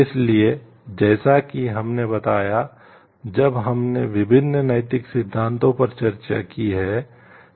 इसलिए जैसा कि हमने बताया जब हमने विभिन्न नैतिक सिद्धांतों पर चर्चा की है